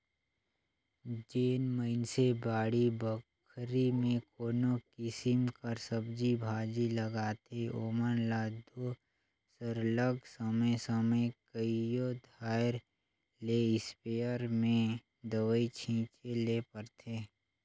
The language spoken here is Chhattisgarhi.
जेन मइनसे बाड़ी बखरी में कोनो किसिम कर सब्जी भाजी लगाथें ओमन ल दो सरलग समे समे कइयो धाएर ले इस्पेयर में दवई छींचे ले परथे